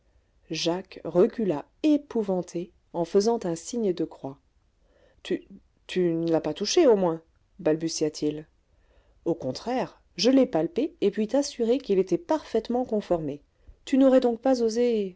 jacques recula épouvanté en faisant un signe de croix tu ne l'as pas touché au moins balbutia-t-il au contraire je l'ai palpé et puis t'assurer qu'il était parfaitement conformé tu n'aurais donc pas osé